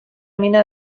mina